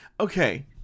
Okay